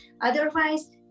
otherwise